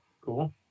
cool